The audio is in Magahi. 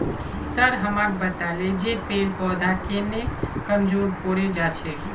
सर हमाक बताले जे पेड़ पौधा केन न कमजोर पोरे जा छेक